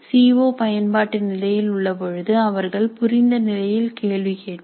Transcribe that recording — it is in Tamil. சீ ஒ பயன்பாட்டு நிலையில் உள்ள பொழுது அவர்கள் புரிந்த நிலையில் கேள்வி கேட்பர்